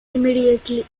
immediately